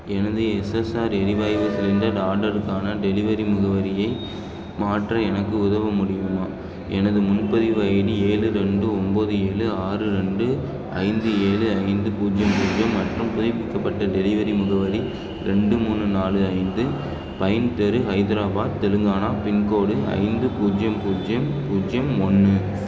எனது எஸ்எஸ்ஆர் எரிவாயு சிலிண்டர் ஆர்டருக்கான டெலிவரி முகவரியை மாற்ற எனக்கு உதவ முடியுமா எனது முன்பதிவு ஐடி ஏழு ரெண்டு ஒம்பது ஏழு ஆறு ரெண்டு ஐந்து ஏழு ஐந்து பூஜ்ஜியம் பூஜ்ஜியம் மற்றும் புதுப்பிக்கப்பட்ட டெலிவரி முகவரி ரெண்டு மூணு நாலு ஐந்து பைன் தெரு ஹைதராபாத் தெலுங்கானா பின்கோடு ஐந்து பூஜ்ஜியம் பூஜ்ஜியம் பூஜ்ஜியம் ஒன்று